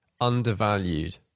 undervalued